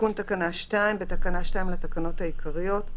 תיקון תקנה 2 בתקנה 2 לתקנות העיקריות,